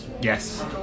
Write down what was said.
Yes